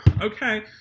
Okay